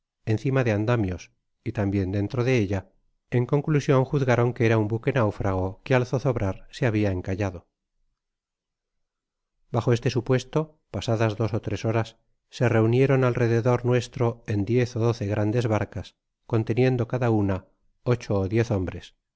encima de andamios y tambien dentro de ella en conclusion juzgaron que era un buque náufrago que al zozobrar se habia encallado bajo este supuesto pasadas dos ó tres horas se reunieron alrededor nuestro en diez ó doce grandes barcas conteniendo cada una ocho ó diez hombres